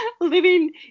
living